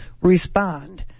Respond